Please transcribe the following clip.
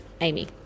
Amy